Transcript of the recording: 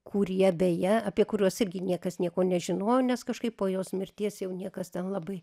kurie beje apie kuriuos irgi niekas nieko nežinojo nes kažkaip po jos mirties jau niekas ten labai